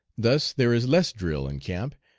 thus there is less drill in camp,